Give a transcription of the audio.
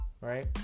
right